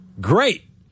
Great